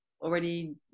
already